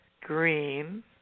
green